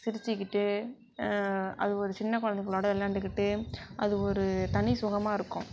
சிரிச்சிக்கிட்டு அது ஒரு சின்ன குழந்தைங்களோட விளையாண்டுக்கிட்டு அது ஒரு தனி சுகமாக இருக்கும்